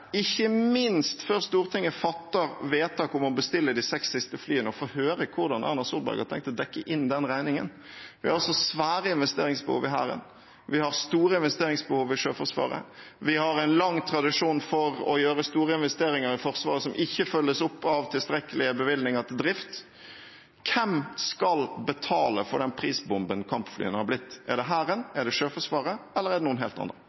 ikke minst før Stortinget fatter vedtak om å bestille de seks siste flyene, å få høre hvordan Erna Solberg har tenkt å dekke inn den regningen. Vi har altså store investeringsbehov i Hæren. Vi har store investeringsbehov i Sjøforsvaret. Vi har en lang tradisjon for å gjøre store investeringer i Forsvaret som ikke følges opp av tilstrekkelige bevilgninger til drift. Hvem skal betale for den prisbomben kampflyene har blitt – er det Hæren, er det Sjøforsvaret, eller er det noen helt andre?